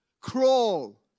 crawl